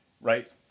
right